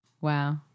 Wow